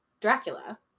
Dracula